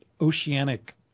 oceanic